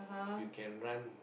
you can run